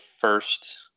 first